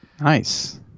Nice